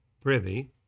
privy